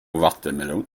vattenmelon